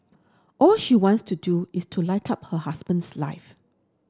all she wants to do is to light up her husband's life